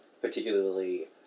particularly